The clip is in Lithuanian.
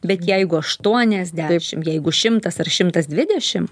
bet jeigu aštuoniasdešit jeigu šimtas ar šimtas dvidešim